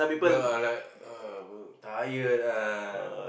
[wah] like tired ah